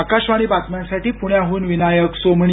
आकाशवाणी बातम्यांसाठी पृण्याहून विनायक सोमणी